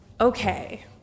Okay